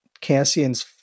Cassian's